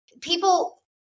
People